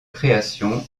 création